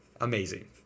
amazing